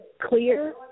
clear